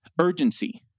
Urgency